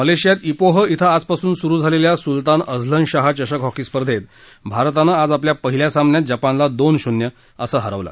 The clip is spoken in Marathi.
मलशियात ईपोह इथं आजपासून सुरू झालख्खा सुलतान अझलन शहा चषक हॉकी स्पर्धेत भारतानं आज आपल्या पहिल्या सामन्यात जपानला दोन शून्य असं हरवलं